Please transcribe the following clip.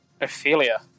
Ophelia